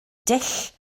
dull